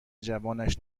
جوانش